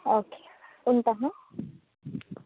okay ఉంటాను